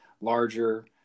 larger